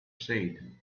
seed